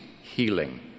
healing